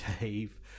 Dave